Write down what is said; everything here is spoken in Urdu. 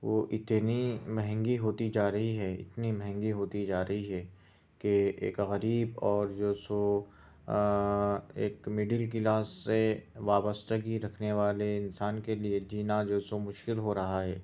وہ اتنی مہنگی ہوتی جا رہی ہے اتنی مہنگی ہوتی جا رہی ہے کہ ایک غریب اور جو سو آ ایک مڈل کلاس سے وابستگی رکھنے والے انسان کے لیے جینا جو سو مشکل ہو رہا ہے